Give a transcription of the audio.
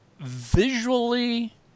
Visually